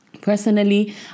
Personally